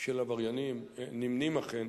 של עבריינים נמנים אכן